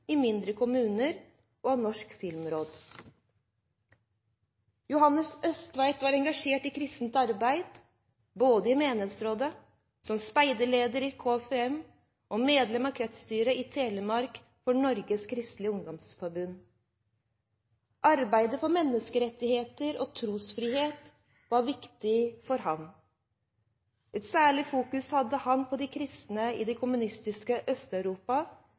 i mindre kommuner, og av Norsk filmråd. Johannes Østtveit var engasjert i kristent arbeid, både i menighetsråd, som speiderleder i KFUM og som medlem av kretsstyret i Telemark for Norges Kristelige Ungdomsforbund. Arbeidet for menneskerettigheter og trosfrihet var viktig for ham. Et særlig fokus hadde han på de kristne i det kommunistiske